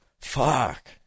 Fuck